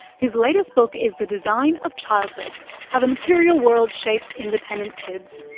whose latest book is the design of childhood how the material world shapes independent kids.